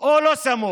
או לא סמוך,